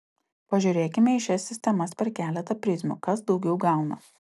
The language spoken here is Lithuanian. pažiūrėkime į šias sistemas per keletą prizmių kas daugiau gauna